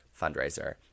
fundraiser